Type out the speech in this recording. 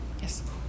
Yes